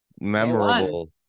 memorable